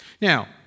Now